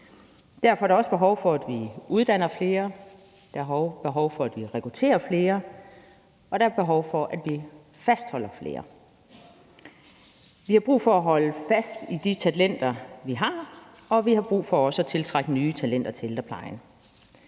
Derfor er der også behov for, at vi uddanner flere, der er behov for, at vi rekrutterer flere, og der er behov for, at vi fastholder flere. Vi har brug for at holde fast i de talenter, vi har, og vi har brug for også at tiltrække nye talenter til ældreplejen.